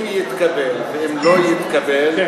אם יתקבל ואם לא יתקבל,